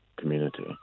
community